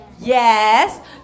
Yes